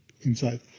Inside